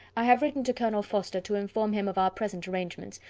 i have written to colonel forster, to inform him of our present arrangements,